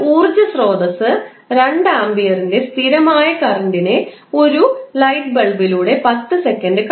ഒരു ഊർജ്ജസ്രോതസ്സ് 2 ആമ്പിയറിന്റെ സ്ഥിരമായ കറൻറിനെ ഒരു ലൈറ്റ് ബൾബിലൂടെ 10 സെക്കൻഡ്